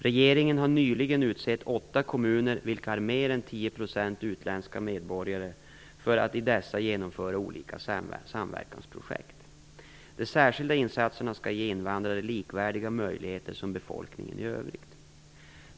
Regeringen har nyligen utsett åtta kommuner vilka har mer än 10 % utländska medborgare för att i dessa genomföra olika samverkansprojekt. De särskilda insatserna skall ge invandrare likvärdiga möjligheter som befolkningen i övrigt.